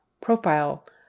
Profile